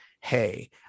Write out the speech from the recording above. Hey